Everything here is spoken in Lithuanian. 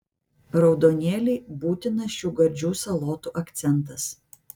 raudonėliai būtinas šių gardžių salotų akcentas